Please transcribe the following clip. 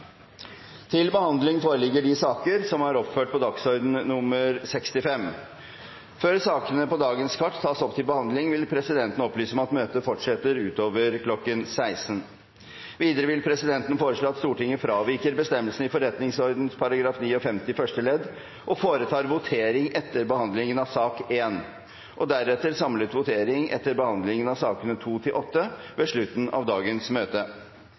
til behandling, vil presidenten opplyse om at møtet fortsetter utover kl. 16. Videre vil presidenten foreslå at Stortinget fraviker bestemmelsen i forretningsordenen § 59 første ledd og foretar votering etter behandlingen av sak nr. 1, og deretter samlet votering etter behandlingen av sakene nr. 2–8 ved slutten av dagens møte.